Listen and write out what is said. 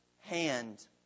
hand